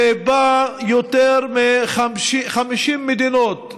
שבאה מיותר מ-50 מדינות,